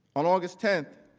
on august tenth,